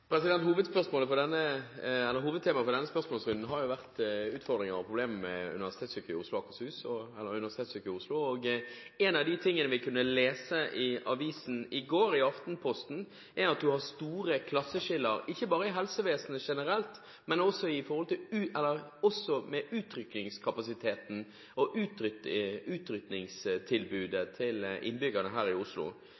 Hovedtemaet for denne spørsmålsrunden har vært utfordringer og problemer ved Oslo universitetssykehus, og en av de tingene vi kunne lese i avisen i går, i Aftenposten, er at det er store klasseskiller, ikke bare i helsevesenet generelt, men også med tanke på utrykningskapasiteten og utrykningstilbudet til